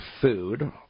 food